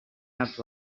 have